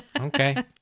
Okay